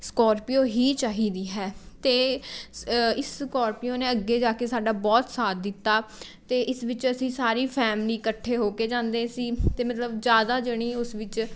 Scorpio ਹੀ ਚਾਹੀਦੀ ਹੈ ਅਤੇ ਸ ਇਸ ਸਕੋਰਪੀਓ ਨੇ ਅੱਗੇ ਜਾ ਕੇ ਸਾਡਾ ਬਹੁਤ ਸਾਥ ਦਿੱਤਾ ਅਤੇ ਇਸ ਵਿੱਚ ਅਸੀਂ ਸਾਰੀ ਫੈਮਿਲੀ ਇਕੱਠੇ ਹੋ ਕੇ ਜਾਂਦੇ ਸੀ ਅਤੇ ਮਤਲਬ ਜ਼ਿਆਦਾ ਜਣੇ ਉਸ ਵਿੱਚ